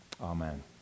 Amen